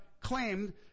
claimed